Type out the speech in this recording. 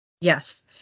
Yes